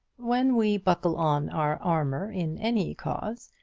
when we buckle on our armour in any cause,